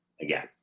again